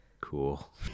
cool